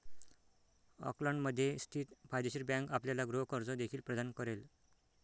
ऑकलंडमध्ये स्थित फायदेशीर बँक आपल्याला गृह कर्ज देखील प्रदान करेल